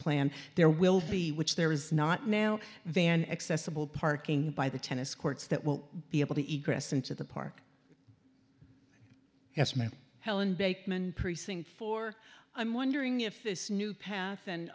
plan there will be which there is not now van accessible parking by the tennis courts that will be able to eat grass into the park has meant helen bakeman precinct four i'm wondering if this new path and